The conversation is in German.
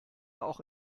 auch